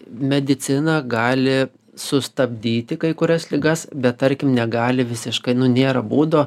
medicina gali sustabdyti kai kurias ligas bet tarkim negali visiškai nu nėra būdo